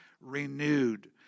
renewed